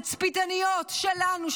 התצפיתניות שלנו,